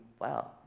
Wow